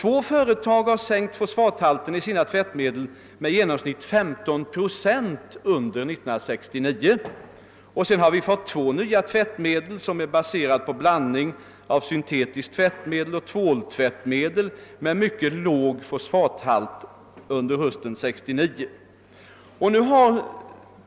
Två företag har sänkt fosfathalten i sina tvättmedel med i genomsnitt 15 procent under 1969. Vidare har det tillkommit två nya tvättmedel, baserade på en blandning av syntetiskt tvättmedel och tvåltvättmedel, med mycket låg fosfathalt under hösten 1969.